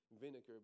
vinegar